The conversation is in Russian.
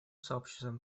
сообществом